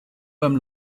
beim